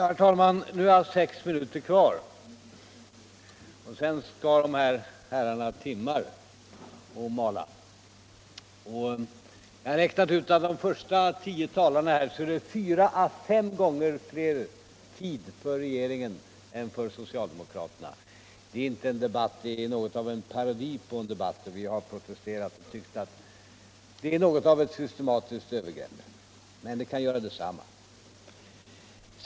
Herr talman! Nu har jag sex minuters repliktid kvar. Sedan skall de här herrarna mala i timmar. Jag har räknat ut att av de första tio talarna på talarlistan har regeringens 4-5 gånger mer tid än socialdemokraternas. Det är inte en debatt, det är något av parodi på en debatt. Vi har protesterat då vi tycker att detta är något av ett systematiskt övergrepp. Men det kan göra detsamma.